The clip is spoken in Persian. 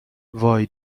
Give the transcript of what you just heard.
وای